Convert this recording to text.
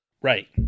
Right